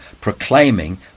proclaiming